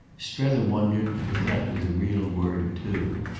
strether wondered if that were the real word too.